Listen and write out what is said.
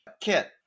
kit